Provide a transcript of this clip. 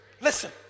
Listen